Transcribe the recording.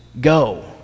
go